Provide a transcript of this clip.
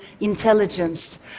intelligence